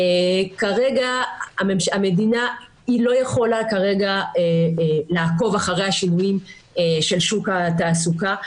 כרגע המדינה לא יכולה לעקוב אחרי השינויים של שוק התעסוקה,